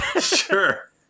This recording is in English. sure